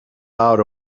out